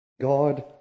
God